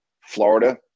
Florida